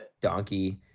Donkey